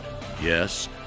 Yes